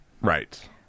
Right